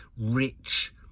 rich